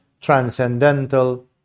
transcendental